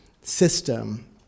system